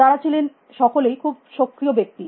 তারা ছিলেন সিকলেই খুব সক্রিয় ব্যক্তি